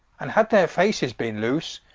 and had their faces bin loose,